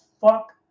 Fuck